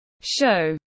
show